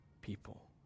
people